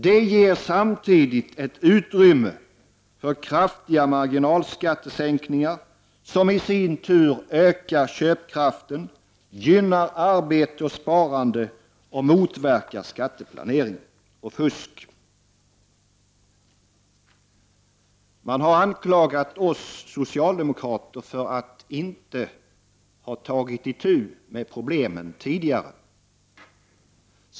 Detta ger samtidigt ett utrymme för kraftiga marginalskattesänkningar, som i sin tur ökar köpkraften, gynnar arbete och sparande samt motverkar skatteplanering och fusk. Man har anklagat oss socialdemokrater för att inte ha tagit itu med problemen tidigare.